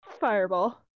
Fireball